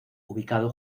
ubicado